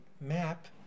map